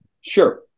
Sure